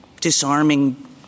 disarming